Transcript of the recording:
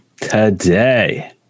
Today